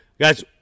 Guys